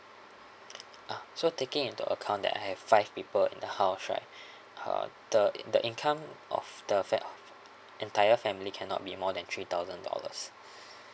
ah so taking into account that I have five people in the house right uh the the income of the flat entire family cannot be more than three thousand dollars